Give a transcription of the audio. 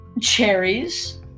Cherries